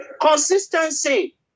Consistency